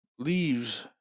Leaves